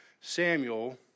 Samuel